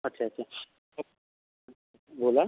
अच्छा अच्छा बोला